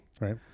right